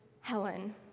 Helen